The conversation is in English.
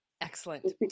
Excellent